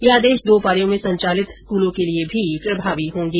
ये आदेश दो पारियों मेँ संचालित स्कूलों के लिए भी प्रभावी होंगे